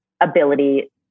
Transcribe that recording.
ability